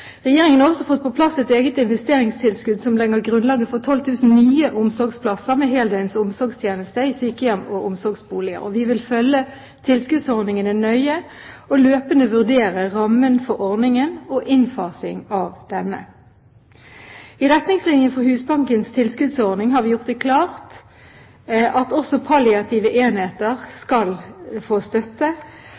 Regjeringen har også fått på plass et eget investeringstilskudd som legger grunnlaget for 12 000 nye omsorgsplasser med heldøgns omsorgstjeneste i sykehjem og omsorgboliger. Vi vil følge tilskuddsordningene nøye og løpende vurdere rammen for ordningen og innfasingen av denne. I retningslinjene for Husbankens tilskuddsordning har vi gjort det klart at også palliative enheter skal få støtte.